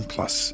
Plus